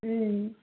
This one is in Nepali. उम्